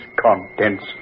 contents